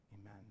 Amen